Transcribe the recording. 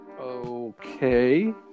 okay